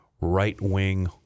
right-wing